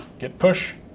git push.